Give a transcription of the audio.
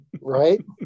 Right